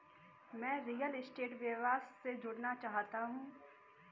मैं real estate व्यवसाय से जुड़ना चाहता हूँ